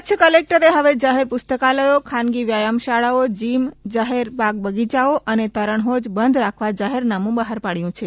કચ્છ કલેક્ટરે હવે જાહેર પુસ્તકાલથો ખાનગી વ્યાયામ શાળાઓ જીમ જાહેર બાગ બગીયાઓ અને તરણ હોજ સ્વીમિંગ પુલ બંધ રાખવા જાહેરનામું બહાર પાડ્યું છે